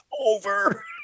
over